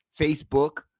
Facebook